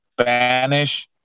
spanish